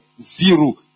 Zero